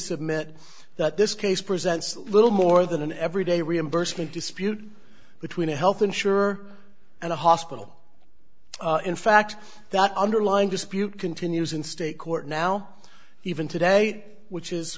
submit that this case presents little more than an everyday reimbursement dispute between a health insurer and a hospital in fact that underlying dispute continues in state court now even today which is